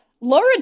Laura